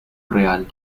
real